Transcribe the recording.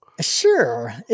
Sure